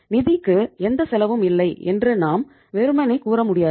நிதிக்கு எந்த செலவும் இல்லை என்று நாம் வெறுமனே கூற முடியாது